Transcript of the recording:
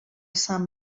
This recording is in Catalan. sant